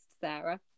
Sarah